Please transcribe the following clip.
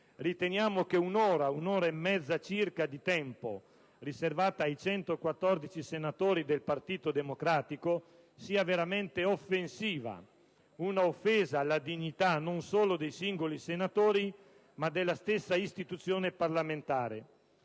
Riteniamo che un'ora, un'ora e mezza circa di tempo riservata ai 114 senatori del Partito Democratico sia veramente offensiva, un'offesa alla dignità non solo dei singoli senatori, ma della stessa istituzione parlamentare.